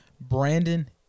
Brandon